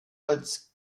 als